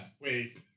wait